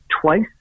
twice